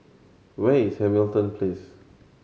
where is Hamilton Place